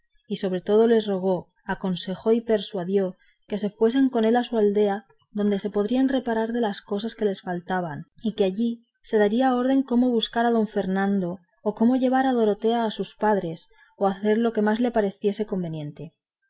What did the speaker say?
y sobre todo les rogó aconsejó y persuadió que se fuesen con él a su aldea donde se podrían reparar de las cosas que les faltaban y que allí se daría orden cómo buscar a don fernando o cómo llevar a dorotea a sus padres o hacer lo que más les pareciese conveniente